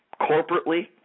corporately